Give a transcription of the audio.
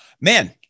man